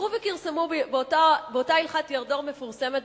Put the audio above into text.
הלכו וכרסמו באותה הלכת ירדור מפורסמת,